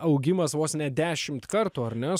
augimas vos ne dešimt kartų ar ne